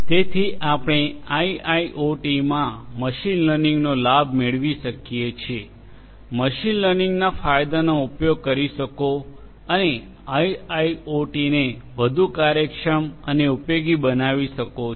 તેથી આપણે આઇઆઇઓટી માં મશીન લર્નિંગનો લાભ મેળવી શકીએ છીએ મશીન લર્નિંગના ફાયદાઓનો ઉપયોગ કરી શકો અને આઇઆઇઓટીને વધુ કાર્યક્ષમ અને ઉપયોગી બનાવી શકો છો